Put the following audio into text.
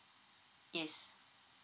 yes